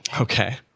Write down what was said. Okay